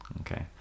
Okay